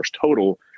total